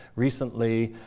recently,